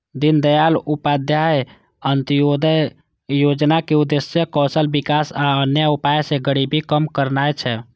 दीनदयाल उपाध्याय अंत्योदय योजनाक उद्देश्य कौशल विकास आ अन्य उपाय सं गरीबी कम करना छै